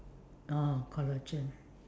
oh collagen